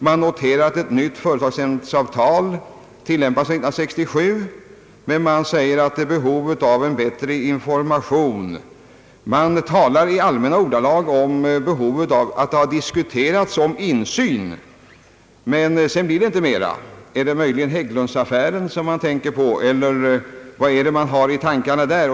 Man noterar att ett nytt samarbetsavtal tillämpas sedan år 1967 men att man är i behov av en bättre information. I allmänna ordalag talas om att det har »diskuterats om insyn», men sedan blir det inte mera. Är det möjligen Hägglunds-affären som man tänker på? Eller vad är det man har i tankarna?